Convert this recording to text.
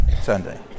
Sunday